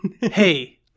hey